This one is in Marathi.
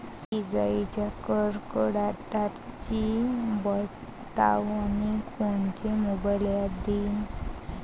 इजाइच्या कडकडाटाची बतावनी कोनचे मोबाईल ॲप देईन?